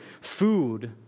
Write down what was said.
food